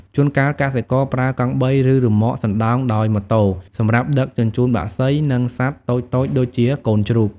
ជួនកាលកសិករប្រើកង់បី ឬរ៉ឺម៉កសណ្ដោងដោយម៉ូតូសម្រាប់ដឹកជញ្ជូនបក្សី និងសត្វតូចៗដូចជាកូនជ្រូក។